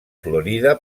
florida